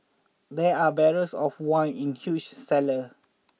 there are barrels of wine in huge cellar